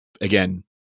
again